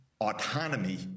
autonomy